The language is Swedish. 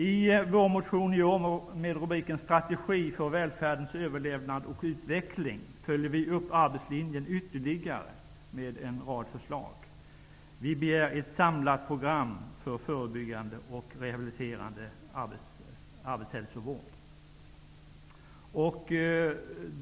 I vår partimotion i år med rubriken ''Strategi för välfärdens överlevnad och utveckling'' följer vi upp arbetslinjen ytterligare med en rad förslag. Vi begär ett samlat program för förebyggande och rehabiliterande arbetshälsovård.